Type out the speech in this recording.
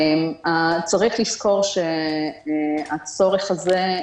צריך לזכור שברגע שקם הצורך הזה,